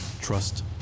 trust